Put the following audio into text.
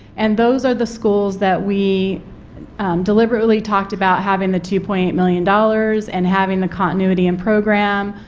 and those are the schools that we deliberately talked about having the two point eight million dollars, and having the continuity and program,